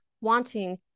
wanting